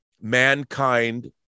mankind